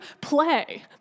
play